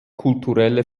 kulturelle